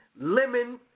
lemon